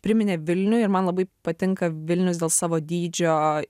priminė vilnių ir man labai patinka vilnius dėl savo dydžio